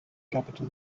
capital